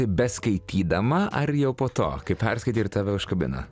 beskaitydama ar jau po to kai perskaitei ir tave užkabino